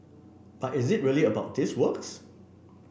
but is it really about these works